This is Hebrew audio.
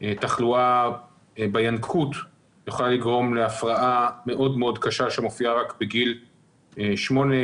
תחלואה בינקות יכולה לגרום להפרעה מאוד מאוד קשה שמופיעה רק בגיל שמונה,